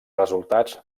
resultats